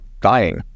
dying